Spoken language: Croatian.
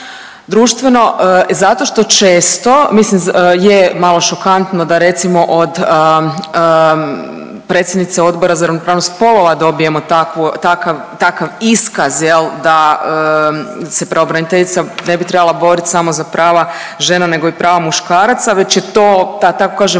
društveno. Zato što često, mislim je malo šokantno da recimo od predsjednice Odbora za ravnopravnost spolova dobijemo takvu, takav, takav iskaz jel da se pravobraniteljica ne bi trebala borit samo za prava žena nego i prava muškaraca već je to da tako kažem